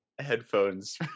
headphones